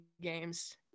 games